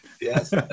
Yes